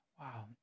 Wow